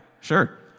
sure